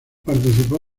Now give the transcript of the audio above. participó